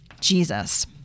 Jesus